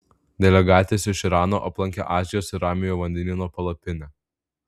delegatės iš irano aplankė azijos ir ramiojo vandenyno palapinę